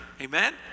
Amen